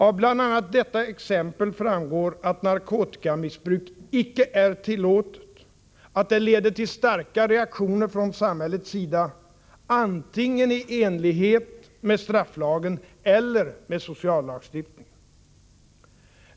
Av bl.a. detta exempel framgår att narkotikamissbruk inte är tillåtet, att det leder till starka reaktioner från samhällets sida — i enlighet med antingen strafflagen eller sociallagstiftningen.